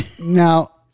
Now